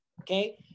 okay